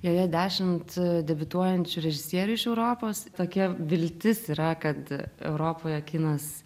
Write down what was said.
joje dešimt debiutuojančių režisierių iš europos tokia viltis yra kad europoje kinas